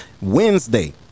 wednesday